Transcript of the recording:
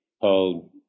called